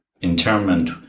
Interment